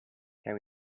can